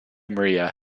maria